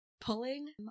Pulling